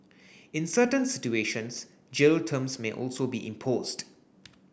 in certain situations jail terms may also be imposed